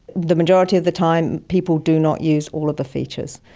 the majority of the time people do not use all of the features.